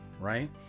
Right